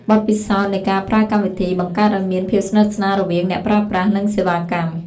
បទពិសោធន៍នៃការប្រើកម្មវិធី បង្កើតឱ្យមានភាពស្និទ្ធស្នាលរវាងអ្នកប្រើប្រាស់ និងសេវាកម្ម។